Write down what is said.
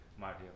Mario